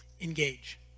Engage